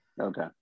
okay